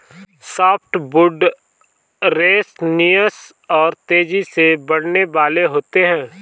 softwood resinous और तेजी से बढ़ने वाले होते हैं